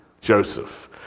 Joseph